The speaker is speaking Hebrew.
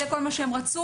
זה כל מה שהם רצו,